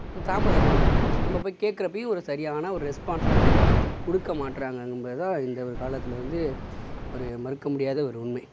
கொஞ்சம் தாமதமாகும் நம்ம போய் கேக்கிறப்பையும் ஒரு சரியான ஒரு ரெஸ்பான்ஸ் வந்து கொடுக்க மாட்றாங்க என்பது தான் இந்த காலத்தில் வந்து ஒரு மறுக்க முடியாத ஒரு உண்மை